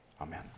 Amen